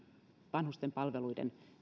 vanhustenpalveluiden